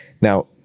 Now